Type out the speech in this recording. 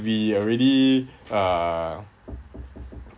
we already uh